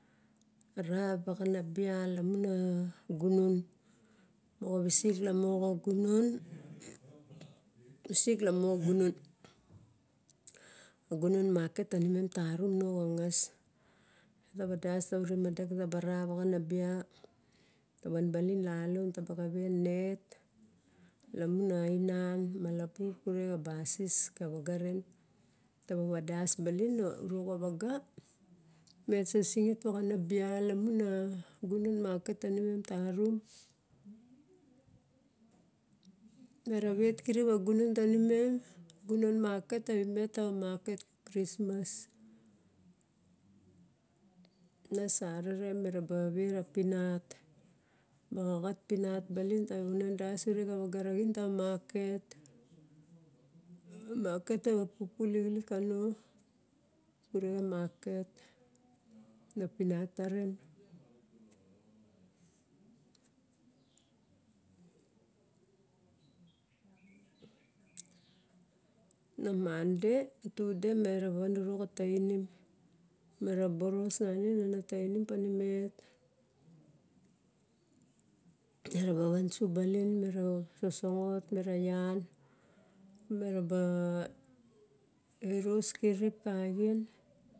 Ravana a bia lamun a gunon moxa visik lamo xa kunon. gunon maket ta nimet tarum no xa ngas. Van das ure madak ra wa ra wa ra vaxana bia. Van balin ian no ne taba xawei net lamun a iran, a malabur, kura xa basis ka waga re. Taba van das baling uro xa vaga met a singit paxana bia lamun a gunon market tanimet tarum. mera vet kirip a gunon tani mem, a gunon market ta vimet tawa market ka krismas ne sarere miraba wera pinat ma xaxat pinat balin tawa unan ure xa waga raxin ta wa market, market tawa pupu lixilik kano. Kure xa market ma pinat taren xa mande, tude meraba van uro xa tainim mera boros nangin a na tainim tanimet. Meraba van su balin mera sosongot mera ian. Mera ba eros kirip ka axien.